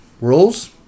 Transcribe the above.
rules